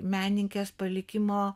menininkės palikimo